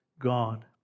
God